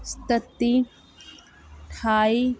सतत्ती ठाई